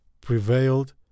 prevailed